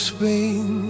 Spain